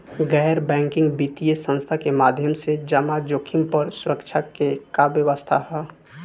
गैर बैंकिंग वित्तीय संस्था के माध्यम से जमा जोखिम पर सुरक्षा के का व्यवस्था ह?